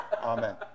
Amen